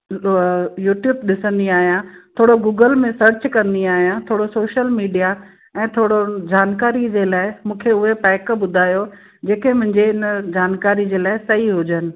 YouTube ॾिसंदी आहियां थोरो गूगल में सर्च कंदी आहियां थोरो सोशल मीडिया ऐं थोरो जानकारी जे लाइ मूंखे उहे पैक ॿुधायो जेके मुंहिंजे इन जानकारी जे लाइ सही हुजनि